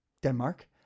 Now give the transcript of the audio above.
Denmark